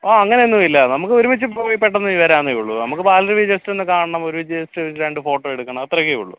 ആ അങ്ങനെയൊന്നും ഇല്ല നമുക്ക് ഒരുമിച്ച് പോയി പെട്ടെന്ന് വരാവുന്നതേ ഉള്ളു നമുക്ക് പാലരുവി ജസ്റ്റ് ഒന്നു കാണണം ഒരു ജസ്റ്റ് ഒരു രണ്ട് ഫോട്ടോ എടുക്കണം അത്രയൊക്കെ ഉള്ളൂ